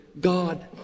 God